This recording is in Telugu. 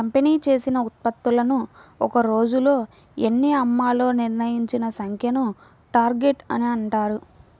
కంపెనీ చేసిన ఉత్పత్తులను ఒక్క రోజులో ఎన్ని అమ్మాలో నిర్ణయించిన సంఖ్యను టార్గెట్ అని అంటారు